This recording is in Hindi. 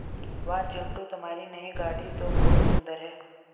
वाह चिंटू तुम्हारी नई गाड़ी तो बहुत सुंदर है